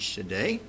today